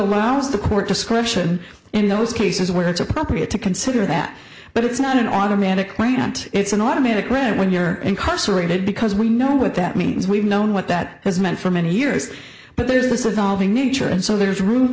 allows the court discretion in those cases where it's appropriate to consider that but it's not an automatic grant it's an automatic when you're incarcerated because we know what that means we've known what that has meant for many years but there's this evolving nature and so there's room